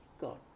God